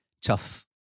tough